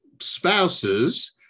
spouses